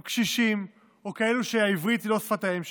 הם קשישים או כאלה שהעברית היא לא שפת האם שלהם,